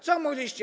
Co mówiliście?